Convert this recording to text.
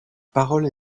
parole